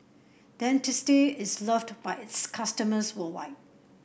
Dentiste is loved by its customers worldwide